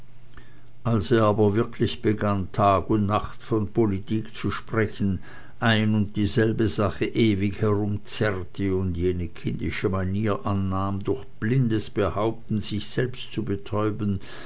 als er aber wirklich begann tag und nacht von politik zu sprechen ein und dieselbe sache ewig herumzerrte und jene kindische manier annahm durch blindes behaupten sich selbst zu betäuben